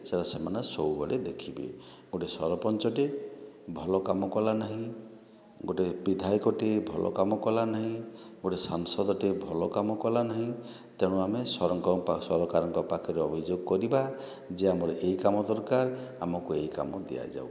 ସେ ସେମାନେ ସବୁବେଳେ ଦେଖିବେ ଗୁଟେ ସରପଞ୍ଚ ଟେ ଭଲ କାମ କଲା ନାହିଁ ଗୁଟେ ବିଧାୟକ ଟେ ଭଲ କାମ କଲା ନାହିଁ ଗୁଟେ ସାସଂଦ ଟେ ଭଲ କାମ କଲା ନାହିଁ ତେଣୁ ଆମେ ସରକାରଙ୍କ ପାଖରେ ଅଭିଯୋଗ କରିବା ଯେ ଆମର ଏଇ କାମ ଦରକାର୍ ଆମକୁ ଏଇ କାମ ଦିଆଯାଉ